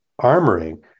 armoring